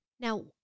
Now